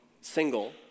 single